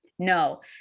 No